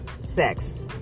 sex